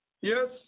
Yes